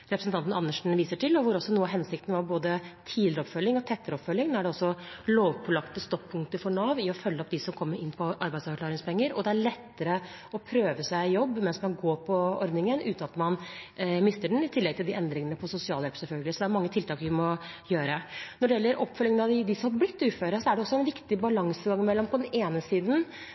representanten Dag Terje Andersen viste til, hvor noe av hensikten var både tidligere og tettere oppfølging. Nå er det også lovpålagte stoppunkter for Nav med tanke på å følge opp dem som kommer inn på arbeidsavklaringspenger, og det er lettere å prøve seg i jobb mens man går på ordningen uten at man mister den. I tillegg er det selvfølgelig endringer for sosialhjelp. Så vi må gjøre mange ting. Når det gjelder oppfølgingen av dem som har blitt uføre, er det også en viktig balansegang